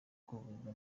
kuvurirwa